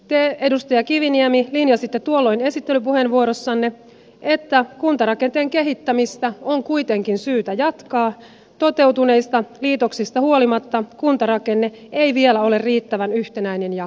te edustaja kiviniemi linjasitte tuolloin esittelypuheenvuorossanne että kuntarakenteen kehittämistä on kuitenkin syytä jatkaa ja toteutuneista liitoksista huolimatta kuntarakenne ei vielä ole riittävän yhtenäinen ja kestävä